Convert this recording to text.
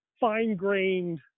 fine-grained